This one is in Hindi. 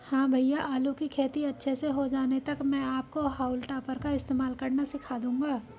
हां भैया आलू की खेती अच्छे से हो जाने तक मैं आपको हाउल टॉपर का इस्तेमाल करना सिखा दूंगा